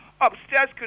upstairs